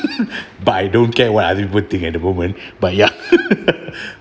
but I don't care what other people think at the moment but ya